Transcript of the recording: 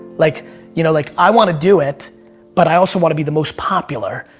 like you know like i want to do it but i also want to be the most popular.